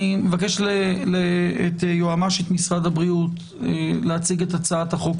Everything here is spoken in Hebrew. אבקש מיועמ"שית משרד הבריאות להציג את הצעת החוק